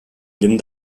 llum